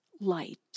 light